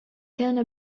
كان